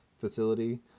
facility